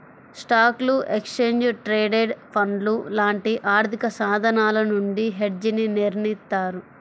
స్టాక్లు, exchange traded ఫండ్లు లాంటి ఆర్థికసాధనాల నుండి హెడ్జ్ని నిర్మిత్తారు